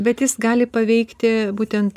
bet jis gali paveikti būtent